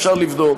אפשר לבדוק.